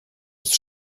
ist